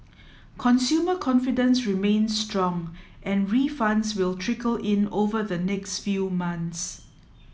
consumer confidence remains strong and refunds will trickle in over the next few months